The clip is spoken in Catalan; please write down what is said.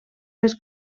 les